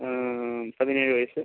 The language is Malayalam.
പതിനേഴ് വയസ്സ്